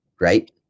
Right